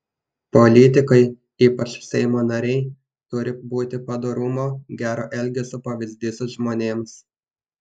politikai ypač seimo nariai turi būti padorumo gero elgesio pavyzdys žmonėms